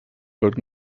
parc